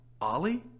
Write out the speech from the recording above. Ollie